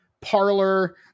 parlor